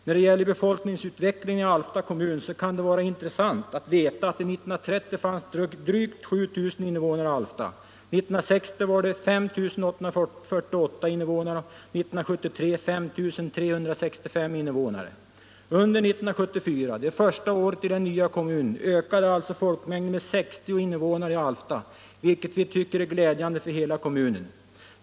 När det gäller befolkningsutvecklingen i Alfta kommun så kan det vara intressant att veta att det 1930 fanns drygt 7 000 invånare i Alfta, 1960 var det 5 848 invånare och 1973 5 365 invånare. Och under 1974, det första året i den nya kommunen, ökade alltså folkmängden med 60 invånare i Alfta, vilket vi tycker är glädjande för hela kommunen.